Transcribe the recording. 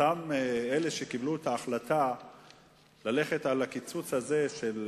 כל אלה שקיבלו את ההחלטה ללכת על הקיצוץ הזה, של